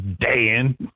Dan